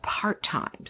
part-time